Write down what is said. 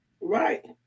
Right